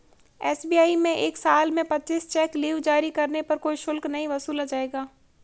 SBI में एक साल में पच्चीस चेक लीव जारी करने पर कोई शुल्क नहीं वसूला जाएगा